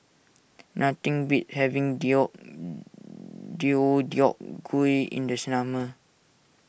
nothing beats having Deodeok Gui in the summer